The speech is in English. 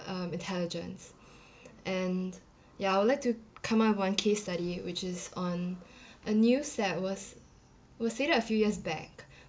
um intelligence and ya I would like to come out with one case study which is on a news that was was dated a few years back